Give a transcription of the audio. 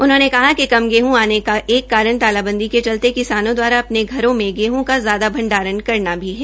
उन्होंने कहा कि कम गेहं आने का कारण तालाबंदी के चलते किसानो दवारा अपने घरों में गेहं का ज्यादा भंडारण करना भी है